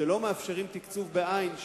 שלא מאפשרים תקצוב בעין,